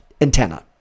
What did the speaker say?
antenna